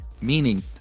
meaning